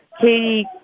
Katie